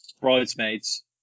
Bridesmaids